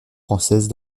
françaises